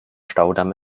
staudamm